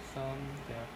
some that